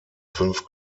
fünf